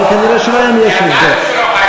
אבל כנראה להם יש הסבר.